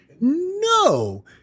No